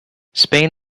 spain